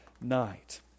night